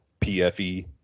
PFE